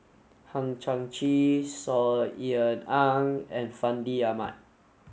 Hang Chang Chieh Saw Ean Ang and Fandi Ahmad